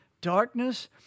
Darkness